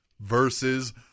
versus